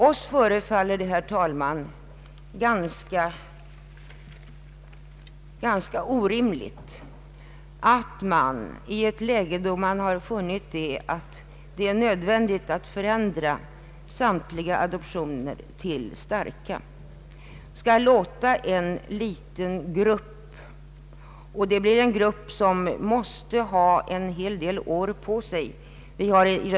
Oss förefaller det, herr talman, ganska orimligt att man i ett läge då man funnit det nödvändigt att förändra samtliga adoptioner till starka skall undanta en liten grupp. Det blir en grupp som måste ha en hel del år på sig för att välja det lämpligaste adoptionsförhållandet.